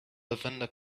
lavender